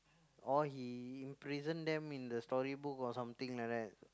or he imprison them in the storybook or something like that